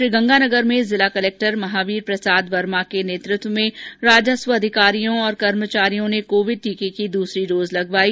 श्रीगंगानगर में जिला कलक्टर महावीर प्रसाद वर्मा के नेतृत्व में राजस्व अधिकारियों और कर्मचारियों ने कोविड टीके की दूसरी डोज लगयायी